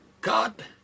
God